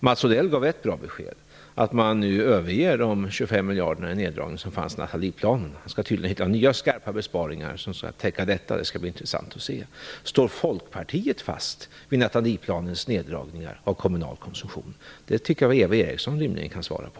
Mats Odell gav ett bra besked, att man nu överger de 25 miljarder i neddragningar som fanns med i Nathalieplanen. Man skall tydligen finna nya skarpa besparingar som skall täcka detta. Det skall bli intressant att se hur det skall gå till. Står Folkpartiet fast vid Nathalieplanens neddragningar av kommunal konsumtion? Det tycker jag att Eva Eriksson rimligen borde kunna svara på.